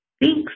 Thanks